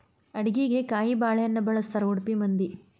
ಅಡಿಗಿಗೆ ಕಾಯಿಬಾಳೇಹಣ್ಣ ಬಳ್ಸತಾರಾ ಉಡುಪಿ ಮಂದಿ